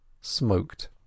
smoked